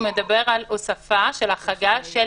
הוא מדבר על הוספה של החרגה של